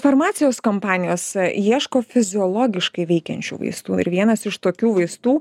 farmacijos kompanijos ieško fiziologiškai veikiančių vaistų ir vienas iš tokių vaistų